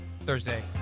Thursday